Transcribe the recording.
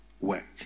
work